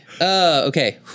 okay